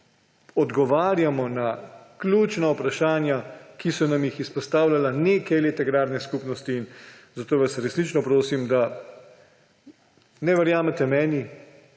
odgovarjamo na ključna vprašanja, ki so nam jih izpostavljale nekaj let agrarne skupnosti. Zato vas resnično prosim, da ne verjamete meni,